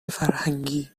فرهنگی